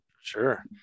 Sure